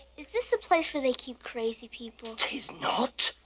is this a place where they keep crazy people? tis not.